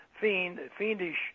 fiendish